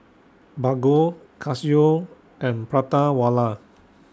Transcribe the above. Bargo Casio and Prata Wala